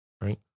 right